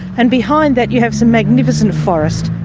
and behind that you have some magnificent forest.